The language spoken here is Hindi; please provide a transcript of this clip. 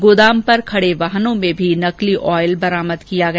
गोदाम पर खड़े वाहनों में भी नकली ऑयल बरामद किया गया